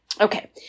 Okay